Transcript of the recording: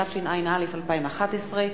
התשע”א 2011,